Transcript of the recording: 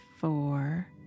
four